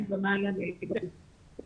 200 ומעלה מלגות למגזר הערבי,